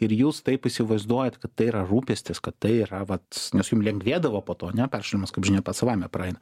ir jūs taip įsivaizduojat kad tai yra rūpestis kad tai yra vat nes jum lengvėdavo po to ne peršalimas kaip žinia pats savaime praeina